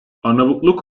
arnavutluk